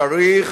צריך,